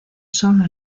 sólo